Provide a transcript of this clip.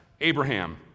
Abraham